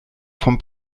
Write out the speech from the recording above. vom